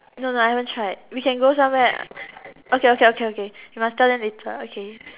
no no I haven't tried we can go somewhere okay okay okay okay we must tell them later okay